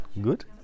Good